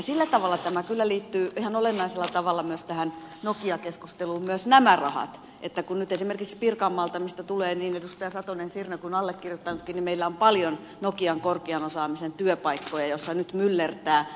sillä tavalla kyllä liittyvät ihan olennaisella tavalla myös tähän nokia keskusteluun myös nämä rahat että esimerkiksi pirkanmaalla mistä tulevat niin edustajat satonen sirnö kuin allekirjoittanutkin meillä on paljon nokian korkean osaamisen työpaikkoja joissa nyt myllertää